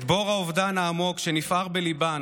את בור האובדן העמוק שנפער בליבן